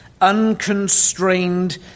Unconstrained